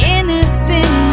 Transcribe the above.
Innocent